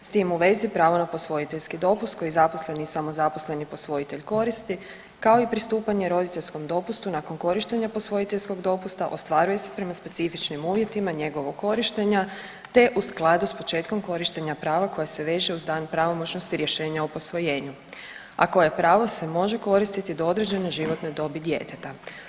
S tim u vezi pravo na posvojiteljski dopust koji zaposleni i samozaposleni posvojitelj koristi, kao i pristupanje roditeljskom dopustu nakon korištenja posvojiteljskog dopusta, ostvaruje se prema specifičnim uvjetima njegovog korištenja te u skladu s početkom korištenja prava koja se veze uz dan pravomoćnosti rješenja o posvojenju, a koje pravo se može koristiti do određene životne dobi djeteta.